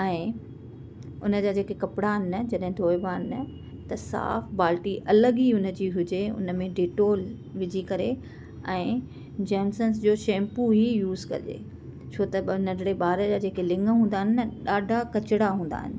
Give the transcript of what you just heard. ऐं उन जा जेके कपिड़ा न जॾहिं धोइबा आहिनि त साफ़ु बाल्टी अलॻि ई उन जी हुजे उन में डेटॉल विझी करे ऐं जेमिसंस जो शैम्पू ई यूज़ करे छो त नंढड़े ॿार जा जेके लिङ हूंदा आहिनि ॾाढा कचिड़ा हूंदा आहिनि